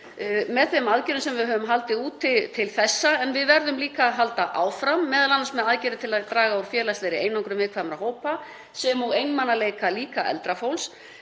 með þeim aðgerðum sem við höfum haldið úti til þessa, en við verðum líka að halda áfram, m.a. með aðgerðir til að draga úr félagslegri einangrun viðkvæmra hópa sem og einmanaleika eldra fólks.